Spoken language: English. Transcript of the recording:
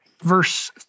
Verse